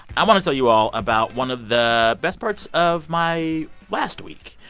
i want to tell you all about one of the best parts of my last week.